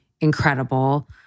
incredible